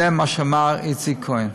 זה מה שאמר איציק כהן.